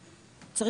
משפטית,